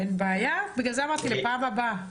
אין בעיה, לכן אמרתי בפעם הבאה.